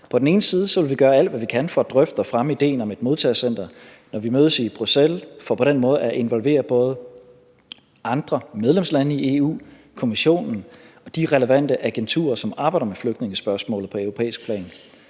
På den ene side vil vi gøre alt, hvad vi kan, for at drøfte og fremme ideen om et modtagecenter, når vi mødes i Bruxelles, for på den måde at involvere både andre medlemslande i EU, Kommissionen og de relevante agenturer, som arbejder med flygtningespørgsmålet på europæisk plan.